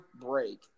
break